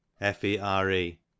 f-e-r-e